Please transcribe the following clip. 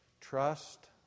Trust